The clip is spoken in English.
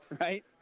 Right